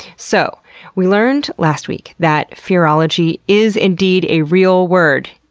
so we learned last week that fearology is indeed a real word.